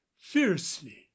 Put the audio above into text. fiercely